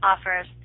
offers